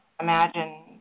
imagine